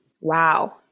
Wow